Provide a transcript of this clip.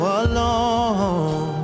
alone